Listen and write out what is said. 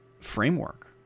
framework